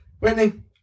Whitney